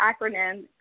acronym